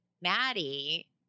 Maddie